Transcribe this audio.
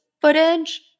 footage